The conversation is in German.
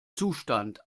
zustand